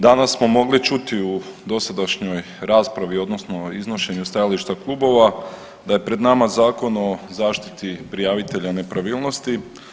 Danas smo mogli čuti u dosadašnjoj raspravi odnosno u iznošenju stajališta klubova da je pred nama Zakon o zaštiti prijavitelja nepravilnosti.